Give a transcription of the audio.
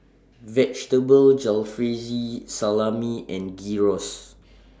Vegetable Jalfrezi Salami and Gyros